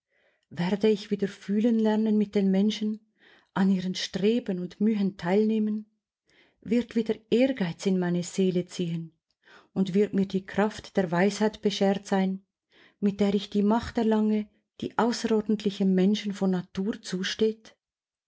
werde ich wieder fühlen lernen mit den menschen an ihren streben und mühen teilnehmen wird wieder ehrgeiz in meine seele ziehen und wird mir die kraft der weisheit bescheert sein mit der ich die macht erlange die außerordentlichen menschen von natur zusteht